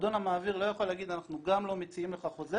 המועדון המעביר לא יכול להגיד אנחנו גם לא מציעים לך חוזה